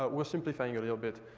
ah we're simplifying a little bit,